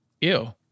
Ew